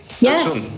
Yes